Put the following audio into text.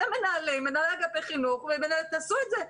אתם, מנהלי אגפי חינוך, תעשו את זה.